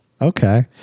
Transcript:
Okay